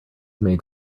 made